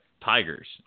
tigers